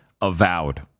Avowed